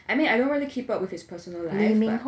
I mean I don't really keep up with his personal life but